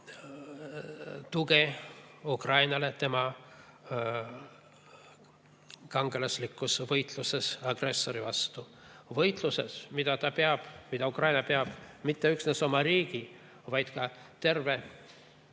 tugi Ukrainale tema kangelaslikus võitluses agressori vastu – võitluses, mida Ukraina ei pea mitte üksnes oma riigi, vaid peab ka terve